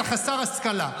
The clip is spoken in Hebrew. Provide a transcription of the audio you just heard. אתה חסר השכלה.